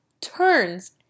turns